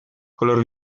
color